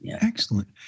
Excellent